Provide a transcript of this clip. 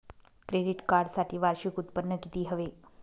Credit कार्डसाठी वार्षिक उत्त्पन्न किती हवे?